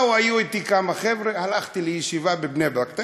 באו, היו אתי כמה חבר'ה, הלכתי לישיבה בבני-ברק.